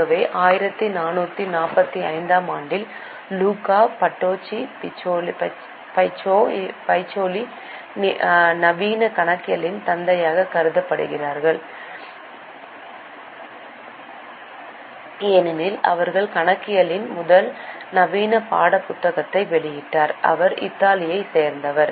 ஆகவே 1445 ஆம் ஆண்டில் லூகா பேட்சோலி பசியோலி நவீன கணக்கியலின் தந்தையாகக் கருதப்படுகிறார் ஏனெனில் அவர் கணக்கியலின் முதல் நவீன பாடப்புத்தகத்தை வெளியிட்டார் அவர் இத்தாலியைச் சேர்ந்தவர்